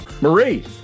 Marie